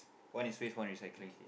one is waste one recycling